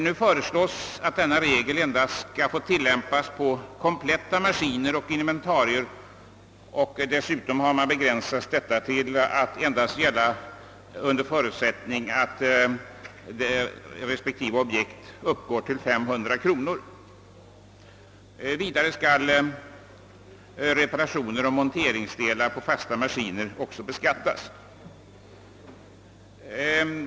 Nu föreslås att denna regel skall få tillämpas enbart på kompletta maskiner och inventarier, dessutom blott under förutsättning att kostnaden för vederbörande objekt uppgår till 500 kronor. Vidare skall reparationer och monteringsdelar på fasta maskiner beskattas.